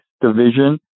division